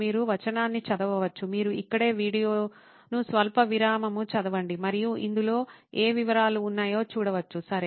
మీరు వచనాన్ని చదవవచ్చు మీరు ఇక్కడే వీడియోను స్వల్ప విరామము చదవండి మరియు ఇందులో ఏ వివరాలు ఉన్నాయో చూడవచ్చు సరే